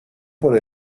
por